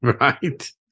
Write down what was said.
Right